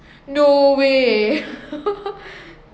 no way